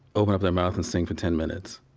open up their mouth and sing for ten minutes,